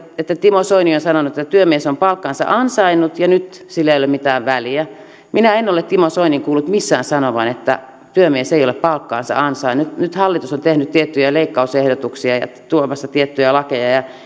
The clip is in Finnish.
timo soini on sanonut että työmies on palkkansa ansainnut ja nyt sillä ei ole mitään väliä minä en ole timo soinin kuullut missään sanovan että työmies ei ole palkkaansa ansainnut nyt hallitus on tehnyt tiettyjä leikkausehdotuksia ja ja tuomassa tiettyjä lakeja